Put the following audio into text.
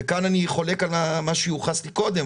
וכאן אני חולק על מה שיוחס לי קודם,